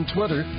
Twitter